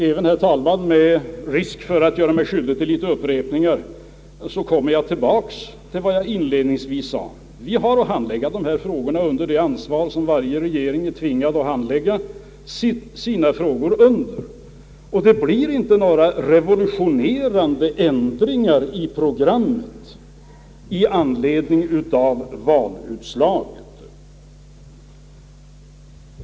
Även med risk att göra mig skyldig till upprepning, herr talman, vill jag komma tillbaka till vad jag inledningsvis sade: Vi har att handlägga de fråsor, som varje regering är tvingad att handlägga, och det blir inte några revolutionerande ändringar i programmet i anledning av valutgången.